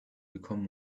become